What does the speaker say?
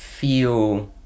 feel